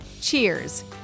cheers